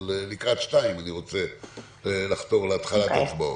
אבל לקראת 14:00 אני רוצה לחתור להתחלת הצבעות.